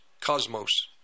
cosmos